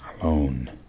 Alone